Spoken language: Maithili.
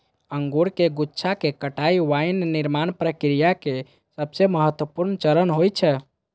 अंगूरक गुच्छाक कटाइ वाइन निर्माण प्रक्रिया केर सबसं महत्वपूर्ण चरण होइ छै